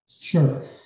Sure